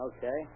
Okay